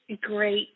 great